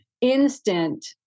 instant